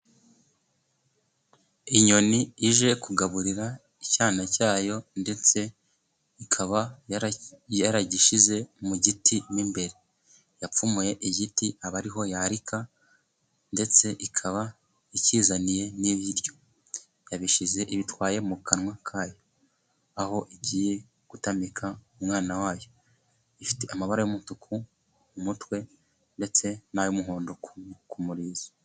Inyoni ije kugaburira icyana cyayo ndetse ikaba yaragishyize mu giti mo imbere. Yapfumuye igiti aba ariho yarika, ndetse ikaba ikizaniye n'ibiryo. Yabishyize ibitwaye mu kanwa kayo, aho igiye gutamika umwana wayo. Ifite amabara y'umutuku mutwe ndetse n'ay'umuhondo ku murizo.